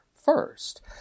first